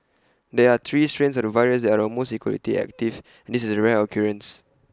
there are three strains of the virus that are almost equally active and this is A rare occurrence